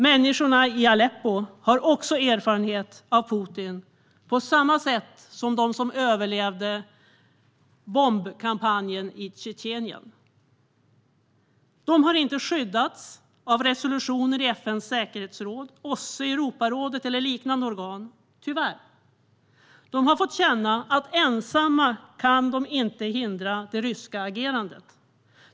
Människorna i Aleppo har också erfarenhet av Putin på samma sätt som de som överlevde bombkampanjen i Tjetjenien. De har inte skyddats av resolutioner i FN:s säkerhetsråd, OSSE, Europarådet eller liknande organ, tyvärr. De har fått känna att ensamma kan de inte hindra det ryska agerandet.